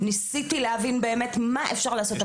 ניסיתי להבין באמת מה אפשר לעשות.